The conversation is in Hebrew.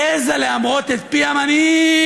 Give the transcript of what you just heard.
העזה להמרות את פי המנהיג,